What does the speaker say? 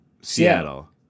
Seattle